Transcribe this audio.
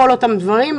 כל אותם דברים.